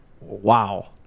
wow